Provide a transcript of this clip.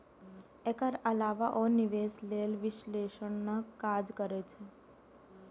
एकर अलावे ओ निवेश लेल विश्लेषणक काज करै छै